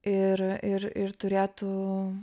ir ir ir turėtų